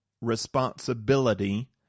responsibility